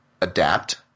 adapt